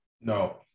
No